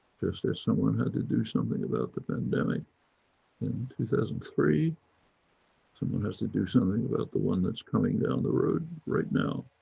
just as someone had to do something about the pandemic, in two thousand and three. someone has to do something about the one that's coming down the road right now.